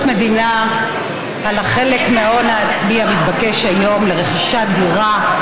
מדינה על החלק מההון העצמי המתבקש היום לרכישת דירה,